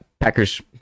Packers